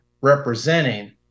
representing